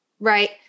Right